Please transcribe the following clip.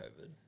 COVID